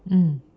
mm